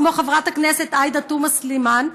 כמו חברת הכנסת עאידה תומא סלימאן,